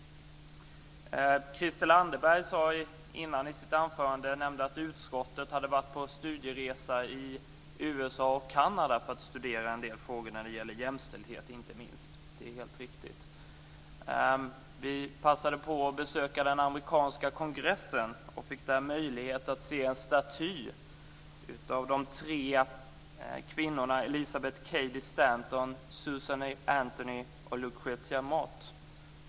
Christel Anderberg nämnde i sitt anförande att utskottet hade varit på studieresa i USA och Knada för att studera en del frågor, inte minst om jämställdhet. Detta är helt riktigt. Vi passade på att besöka den amerikanska kongressen, och fick där möjlighet att se en staty av tre kvinnor - Elizabeth Cady Stanton, Susan B. Anthony och Lucretia Mott.